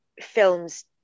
films